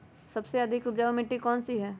सबसे अधिक उपजाऊ मिट्टी कौन सी हैं?